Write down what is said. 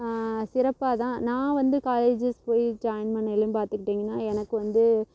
சிறப்பாக தான் நான் வந்து காலேஜஸ் போய் ஜாயின் பண்ணலையும் பார்த்துக்கிட்டிங்கன்னா எனக்கு வந்து